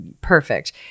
Perfect